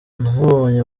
namubonye